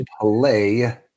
play –